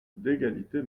d’égalité